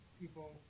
people